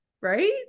right